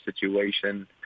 situation